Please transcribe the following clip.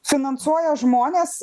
finansuoja žmonės